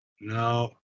No